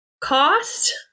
cost